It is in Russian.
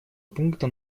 пункта